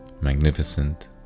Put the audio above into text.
magnificent